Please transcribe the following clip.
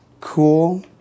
cool